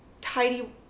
tidy